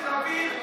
תשמע אותי.